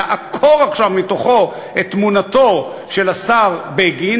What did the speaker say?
לעקור עכשיו מתוכו את תמונתו של השר בגין